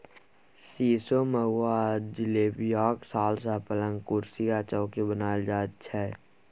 सीशो, महुआ आ जिलेबियाक साल सँ पलंग, कुरसी आ चौकी बनाएल जाइ छै